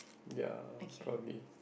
ya probably